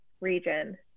region